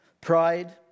Pride